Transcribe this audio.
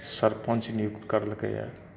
सरपञ्च नियुक्त करलकैया